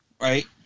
Right